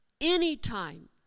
Anytime